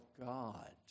God